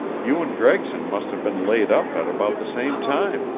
you and gregson must have been laid up at about the same time,